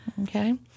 Okay